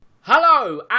Hello